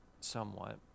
somewhat